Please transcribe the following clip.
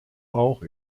auch